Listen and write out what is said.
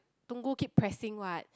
Tungku keep pressing what